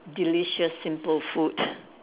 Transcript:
delicious simple food